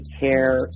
care